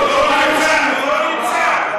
הוא לא נמצא.